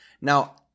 Now